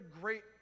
great